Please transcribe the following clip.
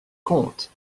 compte